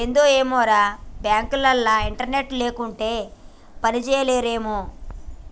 ఏందో ఏమోరా, బాంకులోల్లు ఇంటర్నెట్ లేకుండ పనిజేయలేరేమో